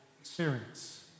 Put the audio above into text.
experience